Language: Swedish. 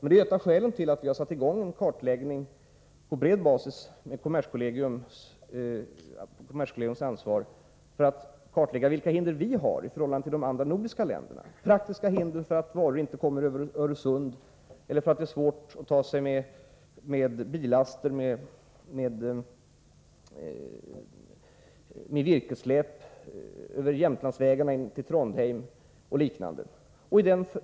Det är just av detta skäl som vi har satt i gång en kartläggning på bred basis, under kommerskollegiums ansvar, av vilka hinder vi har i förhållande till de andra nordiska länderna — praktiska hinder till att varorna inte kommer över Öresund eller till att det är svårt att ta sig med bil med virkessläp över Jämtland till Trondheim och liknande.